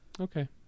Okay